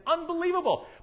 unbelievable